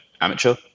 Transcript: amateur